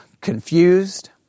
confused